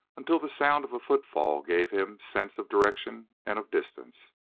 until the sound of a footfall gave him sense of direction and of distance.